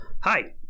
hi